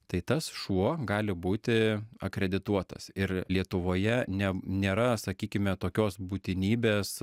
tai tas šuo gali būti akredituotas ir lietuvoje ne nėra sakykime tokios būtinybės